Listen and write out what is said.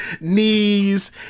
knees